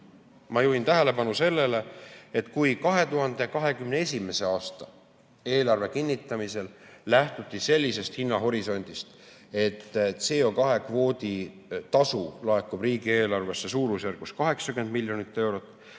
Ma juhin tähelepanu sellele, et kui 2021. aasta eelarve kinnitamisel lähtuti sellisest hinnahorisondist, et CO2kvoodi tasu laekub riigieelarvesse suurusjärgus 80 miljonit eurot,